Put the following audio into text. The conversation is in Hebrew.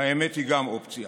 האמת היא גם אופציה.